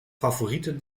favoriete